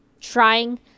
trying